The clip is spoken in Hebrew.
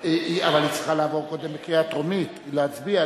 אבל היא צריכה לעבור קודם בקריאה טרומית, להצביע.